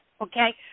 okay